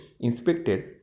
inspected